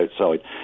outside